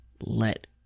...let